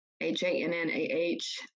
h-a-n-n-a-h